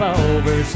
over